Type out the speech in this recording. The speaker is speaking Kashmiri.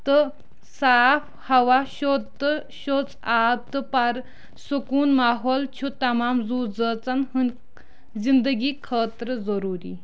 تہٕ صاف ہوا شوٚد تہٕ شوٚژ آب تہٕ پُر سکوٗن ماحول چھُ تَمام زُو زٲژن ہُند زِندِگی خٲطرٕ ضروٗری